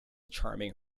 charming